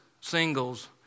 singles